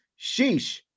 sheesh